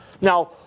Now